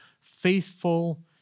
faithful